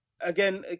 again